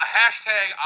hashtag